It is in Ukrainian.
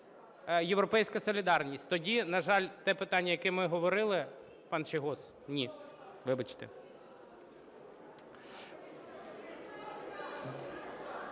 "Європейська солідарність". Тоді, на жаль, те питання, яке ми говорили… пан Чийгоз, ні, вибачте.